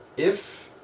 if